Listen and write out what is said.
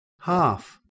half